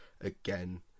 again